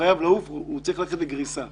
שם צריך ללכת לגריסה.